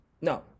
no